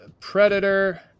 Predator